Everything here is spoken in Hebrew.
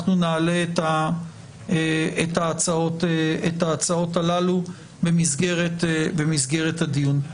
אנחנו נעלה את ההצעות הללו במסגרת הדיון.